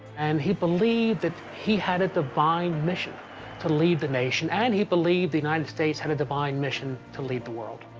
and he believed that he had a divine mission to lead the nation. and he believed the united states had a divine mission to lead the world.